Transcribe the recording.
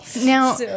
Now